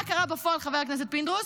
מה קרה בפועל, חבר הכנסת פינדרוס?